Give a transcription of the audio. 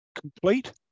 complete